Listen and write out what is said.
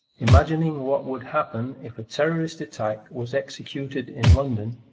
imagining what would happen if a terrorist-attack was executed in london,